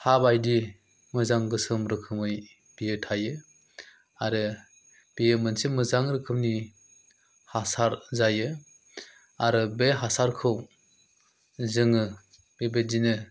हा बायदि मोजां गोसोम रोखोमै बियो थायो आरो बेयो मोनसे मोजां रोखोमनि हासार जायो आरो बे हासारखौ जोङो बेबायदिनो